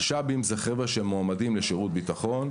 משלב"ים זה חברה שמועמדים לשירות ביטחון.